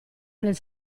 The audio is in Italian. nel